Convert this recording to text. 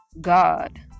God